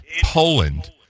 Poland